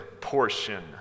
portion